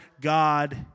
God